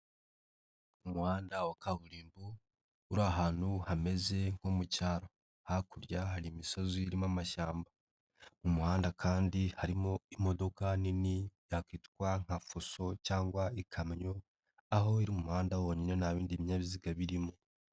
Umuhanda wa kaburimbo, uri ahantu hameze nko mu cyaro, hakurya hari imisozi irimo amashyamba, mu muhanda kandi harimo imodoka nini yakwitwa nka fuso cyangwa ikamyo, aho iri umuhanda yonyine nta bindi binyabiziga birimo.